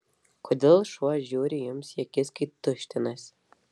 kodėl šuo žiūri jums į akis kai tuštinasi